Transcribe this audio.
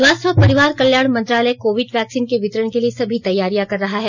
स्वास्थ्य और परिवार कल्याण मंत्रालय कोविड वैक्सीन के वितरण के लिए सभी तैयारियां कर रहा है